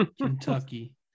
Kentucky